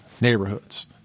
neighborhoods